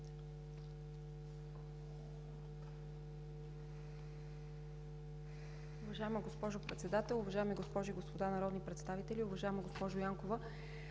Уважаема госпожо Председател, уважаеми госпожи и господа народни представители! Уважаема госпожо Янкова,